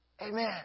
Amen